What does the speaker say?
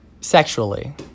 sexually